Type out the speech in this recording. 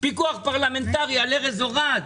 פיקוח פרלמנטרי על ארז אורעד.